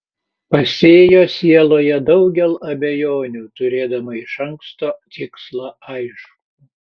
pasėjo sieloje daugel abejonių turėdama iš anksto tikslą aiškų